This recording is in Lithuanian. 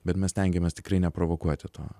bet mes stengiamės tikrai neprovokuoti to